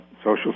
Social